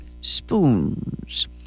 spoons